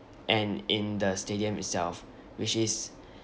and in the stadium itself which is